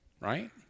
right